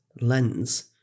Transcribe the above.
lens